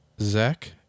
Zach